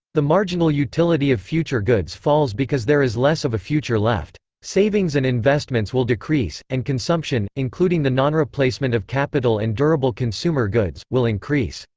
the marginal utility of future goods falls because there is less of a future left. savings and investments will decrease, and consumption including the nonreplacement of capital and durable consumer goods will increase.